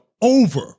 over